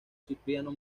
cipriano